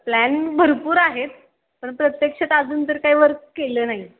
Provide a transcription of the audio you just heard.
plan भरपूर आहेत पण प्रत्यक्षात अजून तर काही वर्क केलं नाही